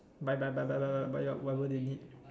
buy buy buy buy buy buy buy whatever they need